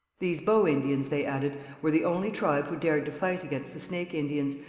these bow indians, they added, were the only tribe who dared to fight against the snake indians,